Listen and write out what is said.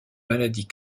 maladies